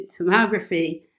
tomography